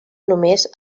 només